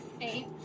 Eight